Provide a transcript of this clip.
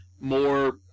more